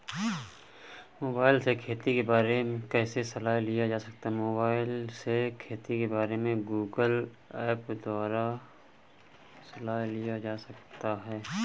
Mobile से खेती के बारे कैसे सलाह लिया जा सकता है?